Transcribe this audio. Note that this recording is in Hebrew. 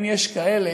אם יש כאלה,